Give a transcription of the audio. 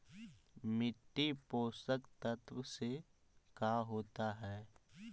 मिट्टी पोषक तत्त्व से का होता है?